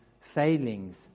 failings